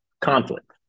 conflict